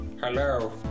Hello